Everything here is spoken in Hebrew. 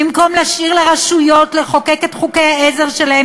במקום להשאיר לרשויות לחוקק את חוקי העזר שלהן,